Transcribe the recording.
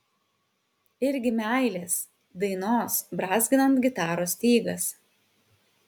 irgi meilės dainos brązginant gitaros stygas